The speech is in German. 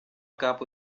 gab